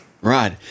Right